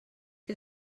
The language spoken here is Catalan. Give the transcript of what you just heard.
que